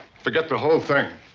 forget the whole thing!